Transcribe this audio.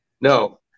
No